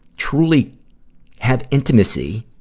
truly have intimacy,